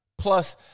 Plus